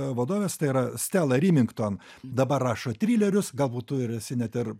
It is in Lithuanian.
vadovės tai yra stela rimington dabar rašo trilerius galbūt tu ir esi net ir